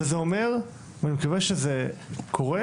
וזה אומר, ואני מקווה שזה קורה,